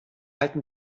halten